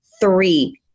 three